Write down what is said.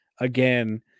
Again